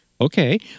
Okay